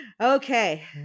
Okay